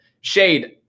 Shade